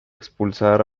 expulsar